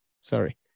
Sorry